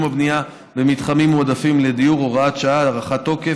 הבנייה במתחמים מועדפים לדיור (הוראת שעה) (הארכת תוקף),